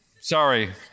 sorry